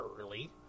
early